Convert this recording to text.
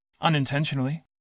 Unintentionally